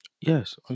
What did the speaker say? Yes